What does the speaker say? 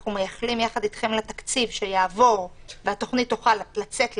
אנחנו מייחלים יחד איתכם לתקציב שיעבור והתוכנית תוכל לצאת לדרך.